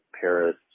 paris